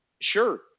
sure